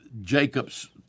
Jacob's